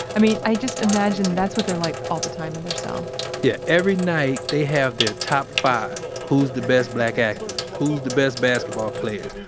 i mean, i just imagine that's what they're like all the time in their cell yeah. every night, they have their top five. who's the best black actors? who's the best basketball players?